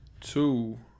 two